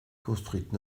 construite